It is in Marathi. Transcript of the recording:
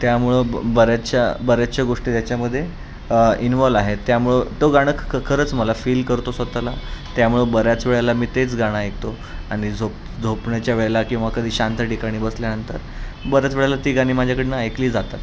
त्यामुळं ब बऱ्याचश्या बऱ्याचश्या गोष्टी त्याच्यामध्ये इनव्हॉल्व आहे त्यामुळं तो गाणं क खरंच मला फील करतो स्वतःला त्यामुळं बऱ्याच वेळेला मी तेच गाणं ऐकतो आणि झोप झोपण्याच्या वेळेला किंवा कधी शांत ठिकाणी बसल्यानंतर बऱ्याच वेळेला ती गाणी माझ्याकडून ऐकली जातात